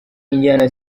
injyana